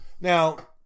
Now